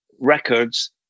records